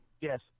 Yes